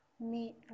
meet